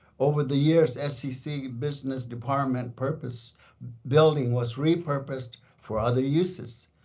over the years, scc business department purposes building was repurposed for other uses.